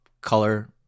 color